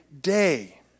day